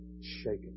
shaken